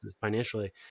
financially